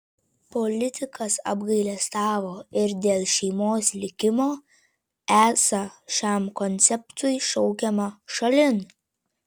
politikas apgailestavo ir dėl šeimos likimo esą šiam konceptui šaukiama šalin